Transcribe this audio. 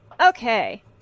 Okay